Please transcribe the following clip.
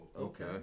Okay